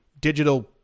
digital